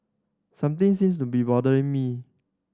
something seems to be bothering me